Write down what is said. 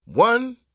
One